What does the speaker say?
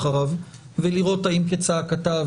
ולראות האם כצעקתה,